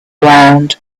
round